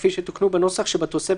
כפי שתוקנו בנוסח שבתוספות